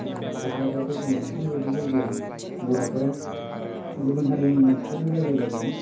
ओरै कक्राझार दतमा बेफोरबायदि जायगायाव बर'फोरा गुबुन हारिनि मानसिफोरजों रायलायबाबो